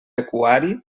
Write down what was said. pecuari